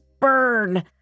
burn